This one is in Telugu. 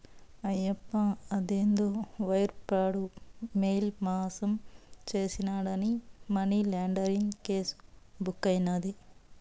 ఆయప్ప అదేందో వైర్ ప్రాడు, మెయిల్ మాసం చేసినాడాని మనీలాండరీంగ్ కేసు బుక్కైనాది